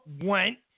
went